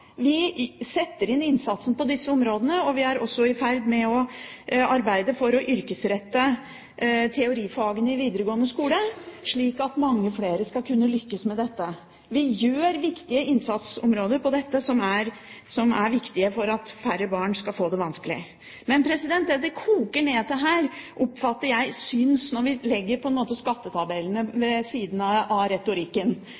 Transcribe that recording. vi setter inn innsatsen på disse områdene, og vi er også i ferd med å arbeide for å yrkesrette teorifagene i den videregående skolen, slik at mange flere skal kunne lykkes med dette. Vi gjør en innsats på dette området som er viktig for at færre barn skal få det vanskelig. Men det det koker ned til her, oppfatter jeg synes når vi legger skattetabellene